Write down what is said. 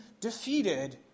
defeated